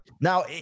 Now